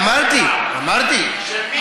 אמרת שתיתן